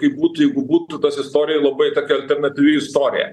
kaip būtų jeigu būtų tos istorijos labai tokia alternatyvi istorija